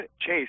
Chase